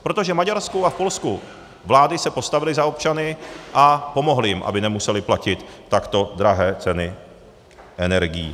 Protože v Maďarsku a v Polsku se vlády postavily za občany a pomohly jim, aby nemuseli platit takto drahé ceny energií.